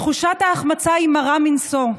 תחושת ההחמצה היא מרה מנשוא,